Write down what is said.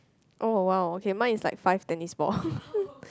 oh !wow! okay mine is like five tennis ball